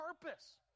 purpose